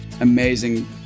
amazing